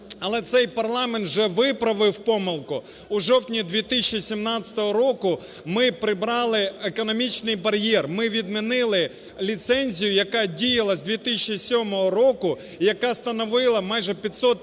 Але цей парламент вже виправив помилку. У жовтні 2017 року ми прибрали економічний бар'єр, ми відмінили ліцензію, яка діяла з 2007 року і яка становила майже 500 тисяч